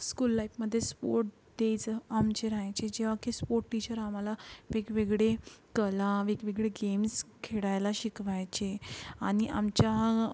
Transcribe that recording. school लाईपमध्ये sport days आमचे राहायचे जेव्हा की स्पोट टीचर आम्हाला वेगवेगळे कला वेगवेगळे गेम्स खेळायला शिकवायचे आणि आमच्या